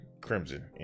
crimson